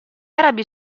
arabi